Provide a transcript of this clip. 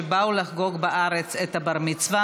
שבאו לחגוג בארץ בר-מצווה,